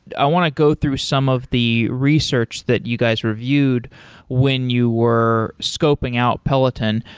i want to go through some of the research that you guys reviewed when you were scoping out peloton,